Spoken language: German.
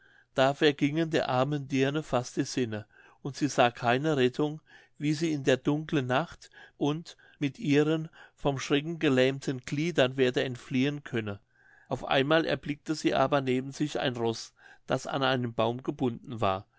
da vergingen der armen dirne fast die sinne und sie sah keine rettung wie sie in der dunklen nacht und mit ihren vom schrecken gelähmten gliedern werde entfliehen könne auf einmal erblickte sie aber neben sich ein roß das an einen baum gebunden war